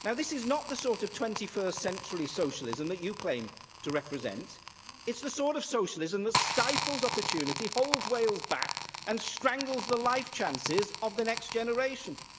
and this is not the sort of twenty-first century socialism that you claim to represent it's the sort of socialism that stifles opportunity, holds wales back and strangles the life chances of the next generation.